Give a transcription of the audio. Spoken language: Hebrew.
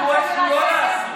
למדו איך לא לעשות.